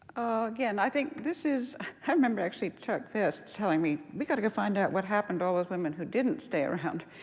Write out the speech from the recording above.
again, i think this is i remember actually chuck fiske telling me, we got to go find out what happened to all those women who didn't stay around.